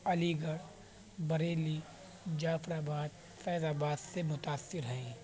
علی گڑھ Bareilly Jafarabad Faizabad سے متاثر ہیں